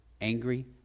angry